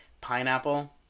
Pineapple